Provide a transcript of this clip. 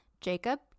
jacob